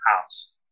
house